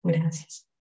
Gracias